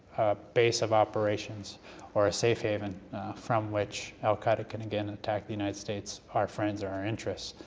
a base of operations or a safe haven from which al qaeda can, again, attack the united states, our friends or our interests.